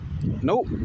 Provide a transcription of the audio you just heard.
nope